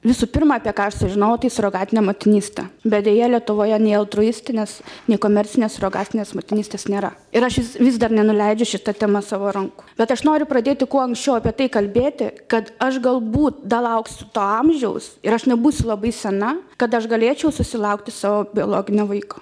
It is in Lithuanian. visų pirma apie ką aš sužinojau tai surogatinę motinystę bet deja lietuvoje nei altruistinės nei komercinės surogatinės motinystės nėra ir aš vis dar nenuleidžiu šita tema savo rankų bet aš noriu pradėti kuo anksčiau apie tai kalbėti kad aš galbū dalauksiu to amžiaus ir aš nebūsiu labai sena kad aš galėčiau susilaukti savo biologinio vaiko